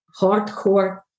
hardcore